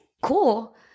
cool